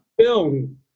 Film